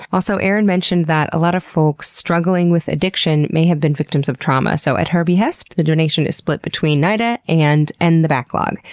also, erin mentioned that a lot of folks struggling with addiction may have been victims of trauma, so at her behest, the donation is split between nida and end the backlog,